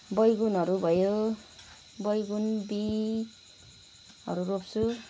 बैगुनहरू भयो बैगुन बिँहरू रोप्छु